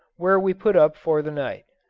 where we put up for the night.